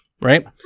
right